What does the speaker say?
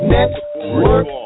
Network